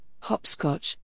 Hopscotch